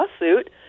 lawsuit